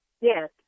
Yes